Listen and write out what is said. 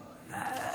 באמת,